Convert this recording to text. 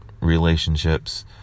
relationships